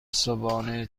صبحانه